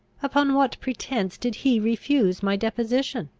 upon what pretence did he refuse my deposition?